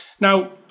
Now